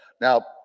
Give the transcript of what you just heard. Now